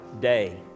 day